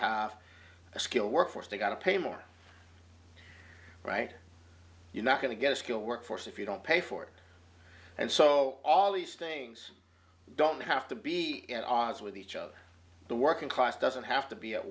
have a skilled workforce they gotta pay more right you're not going to get a skilled workforce if you don't pay for it and so all these things don't have to be in oz with each other the working class doesn't have to be a